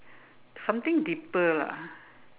something deeper lah